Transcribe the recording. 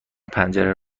پنجره